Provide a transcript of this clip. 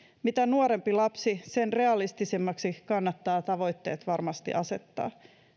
mitä nuorempi lapsi sen realistisemmiksi kannattaa tavoitteet varmasti asettaa